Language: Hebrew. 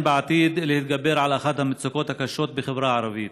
בעתיד להתגבר על אחת המצוקות הקשות בחברה הערבית,